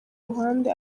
ruhande